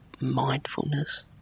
mindfulness